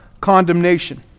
condemnation